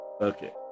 Okay